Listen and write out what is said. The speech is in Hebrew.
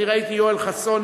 אני ראיתי יואל חסון,